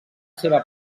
seva